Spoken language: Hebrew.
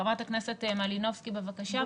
חברת הכנסת מלינובסקי, בבקשה.